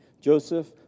Joseph